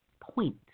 point